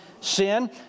sin